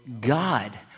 God